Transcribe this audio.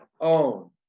own